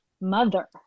mother